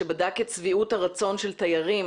שבדק את שביעות הרצון של תיירים